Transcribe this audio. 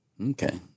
Okay